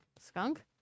Skunk